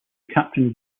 captain